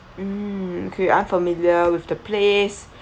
um she unfamiliar with the place